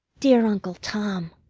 dear uncle tom!